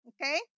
okay